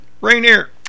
Rainier